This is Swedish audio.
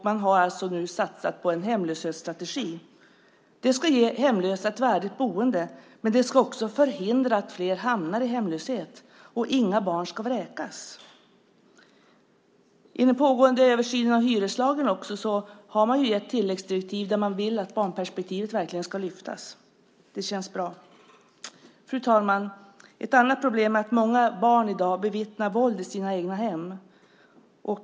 Man har alltså nu satsat på en hemlöshetsstrategi. Det ska ge hemlösa ett värdigt boende, men det ska också förhindra att fler hamnar i hemlöshet, och inga barn ska vräkas. I den pågående översynen av hyreslagen har man gett tilläggsdirektiv där man vill att barnperspektivet verkligen ska lyftas fram. Det känns bra. Fru talman! Ett annat problem är att många barn i dag bevittnar våld i sina egna hem.